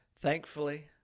Thankfully